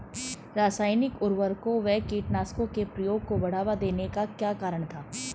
रासायनिक उर्वरकों व कीटनाशकों के प्रयोग को बढ़ावा देने का क्या कारण था?